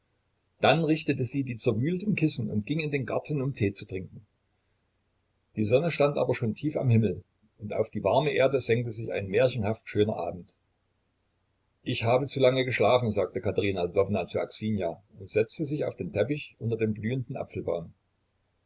dann richtete sie die zerwühlten kissen und ging in den garten um tee zu trinken die sonne stand aber schon tief am himmel und auf die warme erde senkte sich ein märchenhaft schöner abend ich habe zu lange geschlafen sagte katerina lwowna zu aksinja und setzte sich auf den teppich unter den blühenden apfelbaum